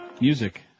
Music